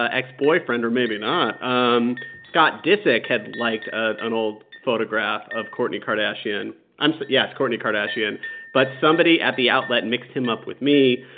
ah ex-boyfriend or maybe not um scott disick had liked ah an old photograph of kourtney kardashian so yes, kourtney kardashian but somebody at the outlet mixed him up with me,